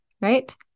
right